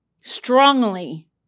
strongly